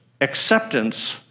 acceptance